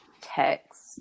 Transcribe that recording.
text